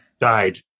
died